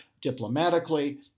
diplomatically